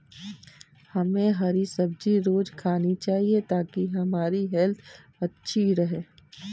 हमे हरी सब्जी रोज़ खानी चाहिए ताकि हमारी हेल्थ अच्छी रहे